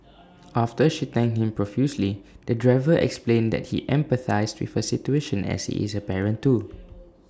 after she thanked him profusely the driver explained that he empathised with her situation as he is A parent too